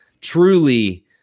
truly